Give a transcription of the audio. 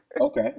okay